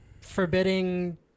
forbidding